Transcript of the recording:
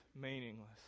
meaningless